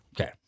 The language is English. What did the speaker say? Okay